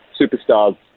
superstars